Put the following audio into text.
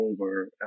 over